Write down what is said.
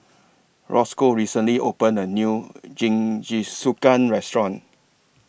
Rosco recently opened A New Jingisukan Restaurant